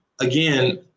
again